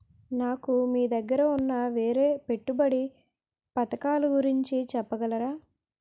నాకు మీ దగ్గర ఉన్న వేరే పెట్టుబడి పథకాలుగురించి చెప్పగలరా?